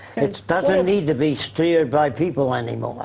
it doesn't need to be steered by people anymore.